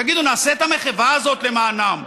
תגידו: נעשה את המחווה הזאת למענם.